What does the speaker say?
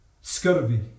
scurvy